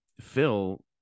phil